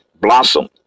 blossom